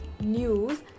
news